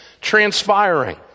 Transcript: transpiring